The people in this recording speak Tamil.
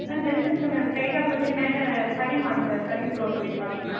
சார் ஜென்ஸுக்குனு ஸ்ட்ரைட்டாக போயிட்டு மேலே செகண்ட் மாடி சார் செகண்ட் ஃப்ளோரில் போயிவிட்டு பார்த்திங்கன்னா